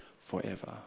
forever